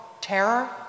terror